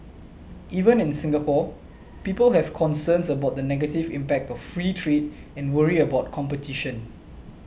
even in Singapore people have concerns about the negative impact of free trade and worry about competition